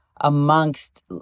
amongst